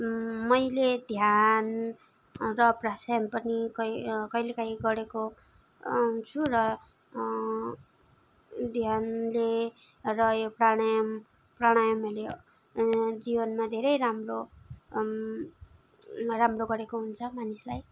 मैले ध्यान र प्राणाायम पनि कै कहिले काहीँ गरेको छु र ध्यानले र यो प्राणायम प्राणायमहरूले जीवनमा धेरै राम्रो राम्रो गरेको हुन्छ मानिसलाई